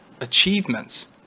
achievements